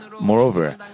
moreover